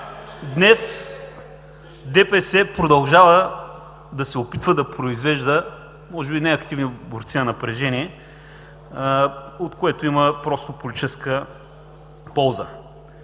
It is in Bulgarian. Днес ДПС продължава да се опитва да произвежда може би не активни борци, а напрежение, от което има политическа полза.